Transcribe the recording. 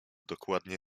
dokładnie